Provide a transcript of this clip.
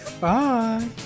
Bye